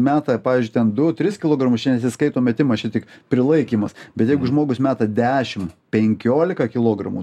meta pavyzdžiui ten du tris kilogramus čia nesiskaito metimas čia tik prilaikymas bet jeigu žmogus meta dešimt penkiolika kilogramų